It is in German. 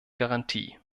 garantie